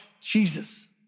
Jesus